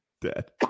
Dead